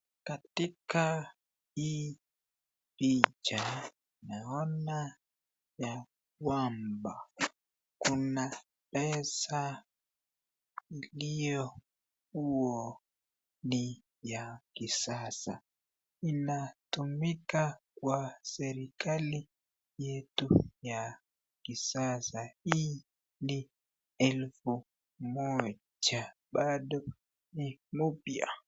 Katika hii picha naona ya kwamba kuna pesa iliyokuwa ni ya kisasa, inatumika kwa serikali yetu ya kisasa hii ni elfu moja bado ni mpya.